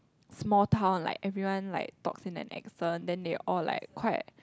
small town like everyone like talks in an accent and they all like quite